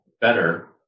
better